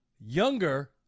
Younger